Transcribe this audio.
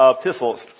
epistles